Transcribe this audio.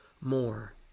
more